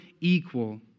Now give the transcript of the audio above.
equal